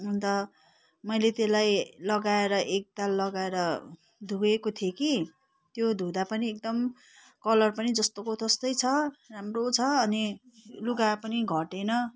अन्त मैले त्यसलाई लगाएर एकताल लगाएर धोएको थिएँ कि त्यो धुँदा पनि एकदम कलर पनि जस्तोको त्यस्तै छ राम्रो छ अनि लुगा पनि घटेन